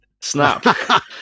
Snap